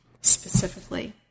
Specifically